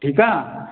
ठीकु आहे